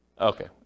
Okay